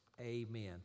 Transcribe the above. amen